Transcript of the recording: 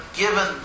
given